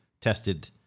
tested